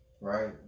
right